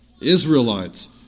Israelites